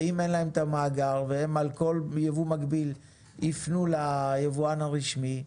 ואם אין להם את המאגר ואם על כל ייבוא מקביל יפנו ליבואן הרשמי,